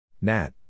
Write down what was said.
Nat